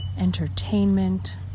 entertainment